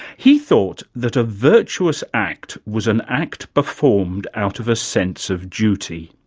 he thought that a virtuous act was an act performed out of a sense of duty.